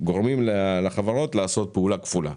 גורמים לחברות לעשות פעולה כפולה.